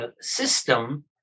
system